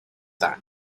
that